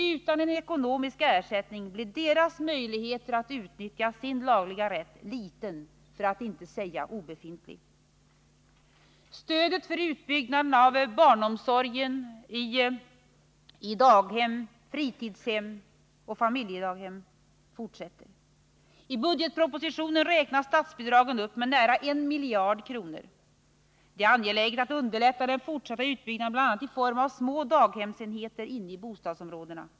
Utan en ekonomisk ersättning blir deras möjligheter att utnyttja sin lagliga rätt små, för att inte säga obefintliga. Stödet för utbyggnaden av barnomsorgen i daghem, fritidshem och familjedaghem fortsätter. I budgetpropositionen räknas statsbidragen upp med nära 1 miljard kronor. Det är angeläget att vi underlättar den fortsatta utbyggnaden bl.a. i form av små daghemsenheter inne i bostadsområdena.